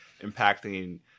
impacting